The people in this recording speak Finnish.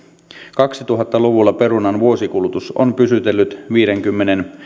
kaksituhatta luvulla perunan vuosikulutus on pysytellyt viidenkymmenen